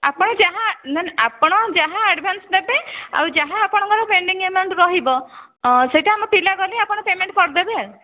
ଆପଣ ଯାହା ନା ନା ଆପଣ ଯାହା ଆଡ଼ଭାନ୍ସ ଦେବେ ଆଉ ଯାହା ଆପଣଙ୍କର ପେଣ୍ଡିଙ୍ଗ ଏମାଉଣ୍ଟ ରହିବ ସେଇଟା ଆମ ପିଲା ଗଲେ ଆପଣ ପେମେଣ୍ଟ କରିଦେବେ ଆଉ